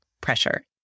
pressure